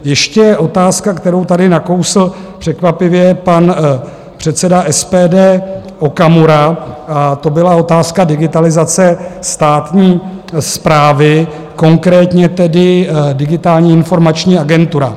Ještě otázka, kterou tady nakousl překvapivě pan předseda SPD Okamura, a to byla otázka digitalizace státní správy, konkrétně tedy Digitální a informační agentura.